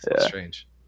strange